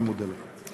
אני מודה לך.